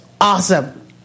awesome